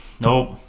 Nope